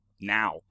now